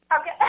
okay